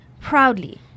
proudly